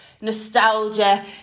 nostalgia